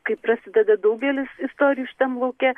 kaip prasideda daugelis istorijų šitam lauke